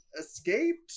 escaped